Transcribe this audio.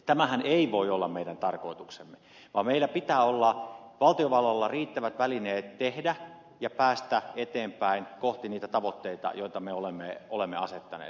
tämähän ei voi olla meidän tarkoituksemme vaan meillä pitää olla valtiovallalla riittävät välineet tehdä ja päästä eteenpäin kohti niitä tavoitteita joita me olemme asettaneet